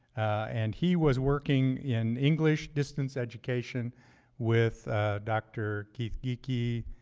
and he was working in english distance education with dr. keith geekie,